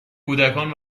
کودکان